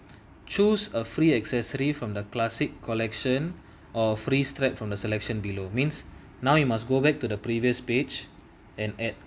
choose a free accessory from the classic collection or free strap from the selection below means now you must go back to the previous page and add